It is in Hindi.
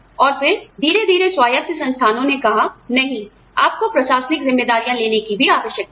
और फिर धीरे धीरे स्वायत्त संस्थानों ने कहा नहीं आपको प्रशासनिक जिम्मेदारियों लेने की भी आवश्यकता है